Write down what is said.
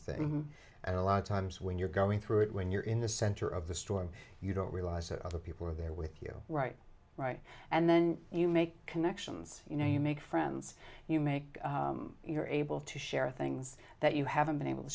thing and a lot of times when you're going through it when you're in the center of the storm you don't realize that other people are there with you right right and then you make connections you know you make friends you make you are able to share things that you haven't been able to